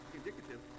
indicative